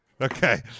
okay